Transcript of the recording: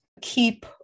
keep